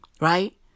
right